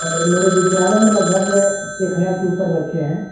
मेरे विद्यालय में लगभग एक हजार से ऊपर बच्चे हैं